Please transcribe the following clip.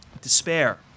despair